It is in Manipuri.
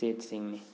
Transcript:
ꯁ꯭ꯇꯦꯠꯁꯤꯡꯅꯤ